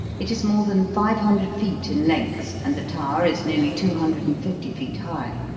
it is more than five hundred feet in length, and the tower is nearly two hundred and fifty feet high.